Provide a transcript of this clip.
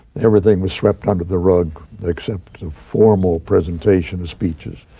everything was swept under the rug except the formal presentation speeches.